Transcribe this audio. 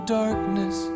darkness